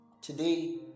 Today